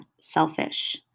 selfish